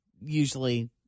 usually